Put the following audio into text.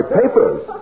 papers